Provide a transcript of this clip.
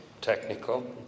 technical